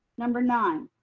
number nine.